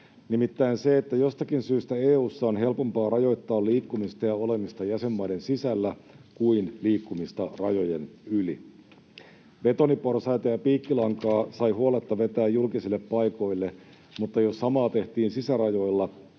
nimittäin se, että jostakin syystä EU:ssa on helpompaa rajoittaa liikkumista ja olemista jäsenmaiden sisällä kuin liikkumista rajojen yli. Betoniporsaita ja piikkilankaa sai huoletta vetää julkisille paikoille, mutta jos samaa tehtiin sisärajoilla,